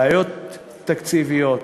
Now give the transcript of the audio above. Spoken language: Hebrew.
בעיות תקציביות,